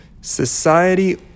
society